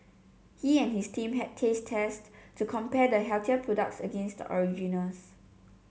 he and his team had taste tests to compare the healthier products against the originals